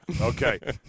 okay